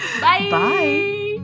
bye